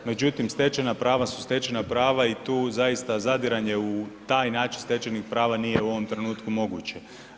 Međutim, stečena prava su stečena pravi i tu zaista zadiranje u taj način stečenih prava nije u ovom trenutku moguće.